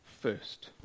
first